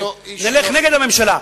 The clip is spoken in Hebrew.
נלך נגד הממשלה.